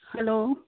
hello